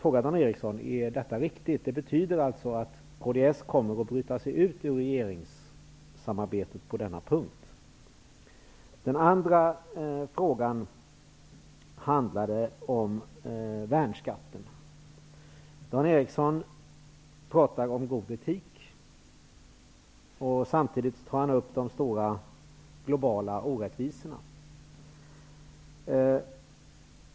Det betyder alltså att kds kommer att bryta sig ut från regeringssamarbetet på denna punkt. Den andra frågan handlar om värnskatten. Dan Ericsson talar om god etik, och samtidigt tar han upp de stora globala orättvisorna.